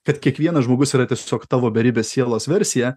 kad kiekvienas žmogus yra tiesiog tavo beribės sielos versija